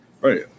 Right